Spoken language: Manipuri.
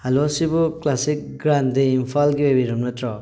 ꯍꯂꯣ ꯁꯤꯕꯨ ꯀ꯭ꯂꯥꯁꯤꯛ ꯒ꯭ꯔꯥꯟꯗꯦ ꯏꯝꯐꯥꯜꯒꯤ ꯑꯣꯏꯕꯤꯔꯕ ꯅꯠꯇ꯭ꯔꯣ